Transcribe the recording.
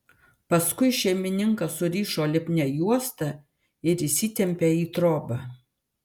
paskui šeimininką surišo lipnia juosta ir įsitempė į trobą